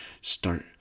start